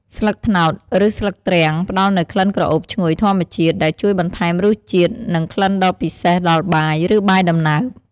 ស្លឹកត្នោត ឬស្លឹកទ្រាំង ផ្ដល់នូវក្លិនក្រអូបឈ្ងុយធម្មជាតិ ដែលជួយបន្ថែមរសជាតិ និងក្លិនដ៏ពិសេសដល់បាយ ឬបាយដំណើប។